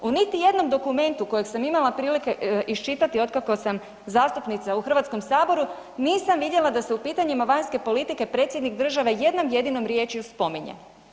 U niti jednom dokumentu kojeg sam imala prilike iščitati otkada sam zastupnica u HS nisam vidjela da se u pitanjima vanjske politike predsjednik države jednom jedinom riječju spominje.